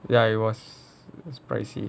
ya it was pricey